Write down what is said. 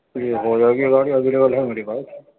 جی ہو جائے گی گاڑی اویلیبل ہے میرے پاس